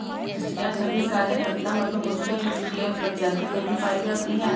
क्या सभी कार्यकर्ता मधुमक्खियां यूकोसियल प्रजाति में ही पाई जाती हैं?